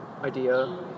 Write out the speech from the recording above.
idea